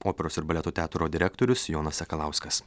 operos ir baleto teatro direktorius jonas sakalauskas